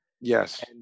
Yes